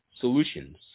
solutions